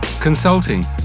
Consulting